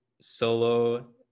solo